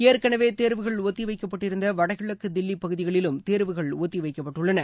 ஏற்கெனவேதேர்வுகள் ஒத்திவைக்கப்பட்டிருந்தவடகிழக்குதில்லிபகுதிகளும் தேர்வுகள் ஒத்திவைக்கப்பட்டுள்ளது